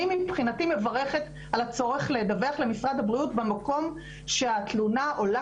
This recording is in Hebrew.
אני מבחינתי מברכת על הצורך לדווח למשרד הבריאות במקום שהתלונה עולה